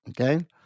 Okay